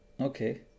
Okay